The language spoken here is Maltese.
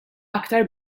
aktar